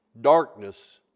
darkness